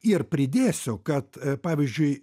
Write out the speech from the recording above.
ir pridėsiu kad pavyzdžiui